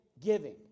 giving